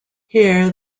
here